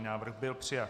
Návrh byl přijat.